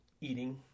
eating